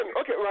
okay